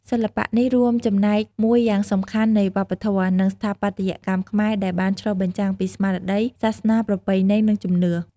សិល្បៈនេះ រួមចំណែកមួយយ៉ាងសំខាន់នៃវប្បធម៌ និងស្ថាបត្យកម្មខ្មែរ ដែលបានឆ្លុះបញ្ចាំងពីស្មារតី សាសនា ប្រពៃណី និងជំនឿ។